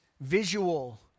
visual